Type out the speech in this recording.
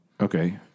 okay